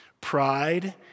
pride